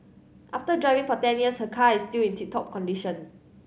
after driving for ten years her car is still in tip top condition